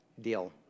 deal